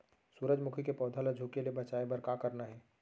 सूरजमुखी के पौधा ला झुके ले बचाए बर का करना हे?